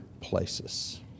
places